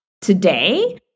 today